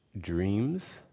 dreams